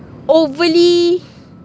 overly